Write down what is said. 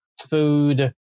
food